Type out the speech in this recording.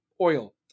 Oil